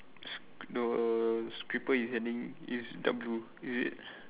the is dark blue is it